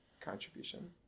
contribution